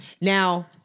Now